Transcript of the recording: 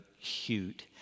cute